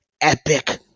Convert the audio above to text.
epic